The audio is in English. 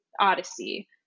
Odyssey